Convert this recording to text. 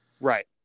Right